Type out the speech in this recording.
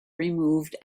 removed